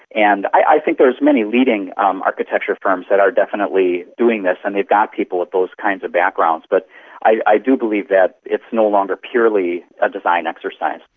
and i think there are many leading um architecture firms that are definitely doing this and they've got people with those kinds of backgrounds. but i do believe that it's no longer purely a design exercise.